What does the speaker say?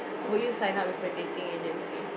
would you sign up with a dating agency